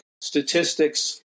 statistics